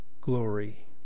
glory